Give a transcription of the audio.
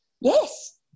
Yes